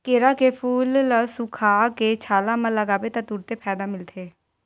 केरा के फूल ल सुखोके छाला म लगाबे त तुरते फायदा मिलथे